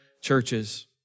churches